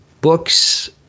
books